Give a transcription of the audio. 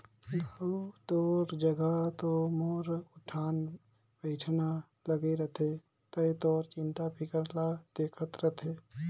दाऊ तोर जघा तो मोर उठना बइठना लागे रथे त तोर चिंता फिकर ल देखत रथें